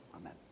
Amen